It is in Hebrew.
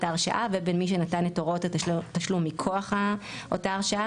ההרשה לבין מי שנתן את הוראות התשלום מכוח אותה הרשאה.